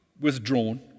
withdrawn